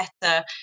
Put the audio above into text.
better